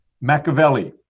Machiavelli